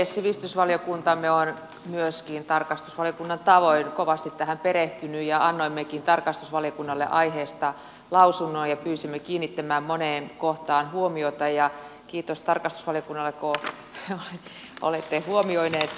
sivistysvaliokuntamme on myöskin tarkastusvaliokunnan tavoin kovasti tähän perehtynyt ja annoimmekin tarkastusvaliokunnalle aiheesta lausunnon ja pyysimme kiinnittämään moneen kohtaan huomiota ja kiitos tarkastusvaliokunnalle kun olette huomioineet